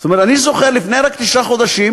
אני זוכר שלפני תשעה חודשים